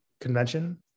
convention